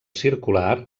circular